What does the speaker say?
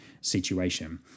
situation